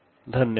धन्यवाद